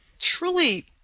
truly